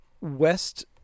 West